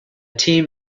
team